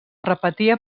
repetia